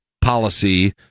policy